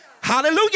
Hallelujah